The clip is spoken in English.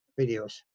videos